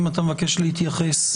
אם אתה מבקש להתייחס.